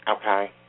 Okay